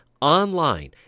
Online